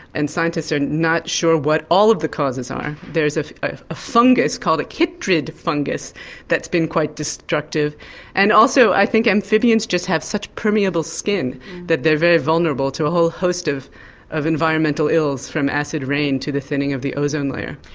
and scientists are not sure what all of the causes are. there's ah a fungus called a chytrid fungus that's been quite destructive and also i think amphibians have such permeable skin that they're very vulnerable to a whole host of of environmental ills, from acid rain to the thinning of the ozone layer.